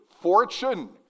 fortune